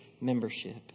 membership